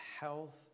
health